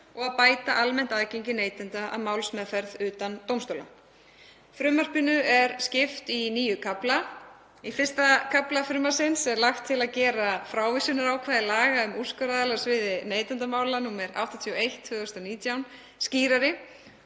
og að bæta almennt aðgengi neytenda að málsmeðferð utan dómstóla. Frumvarpinu er skipt í níu kafla. Í I. kafla frumvarpsins er lagt til að gera frávísunarákvæði laga um úrskurðaraðila á sviði neytendamála, nr. 81/2019, skýrara.